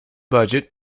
budget